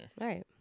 Right